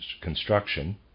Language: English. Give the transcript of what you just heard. construction